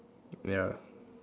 ya